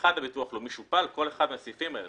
הביטוח הלאומי שופה אחד לאחד על כל אחד מהסעיפים האלה.